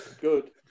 Good